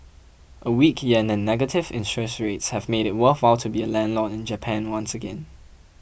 a weak yen and negative interest rates have made it worthwhile to be a landlord in Japan once again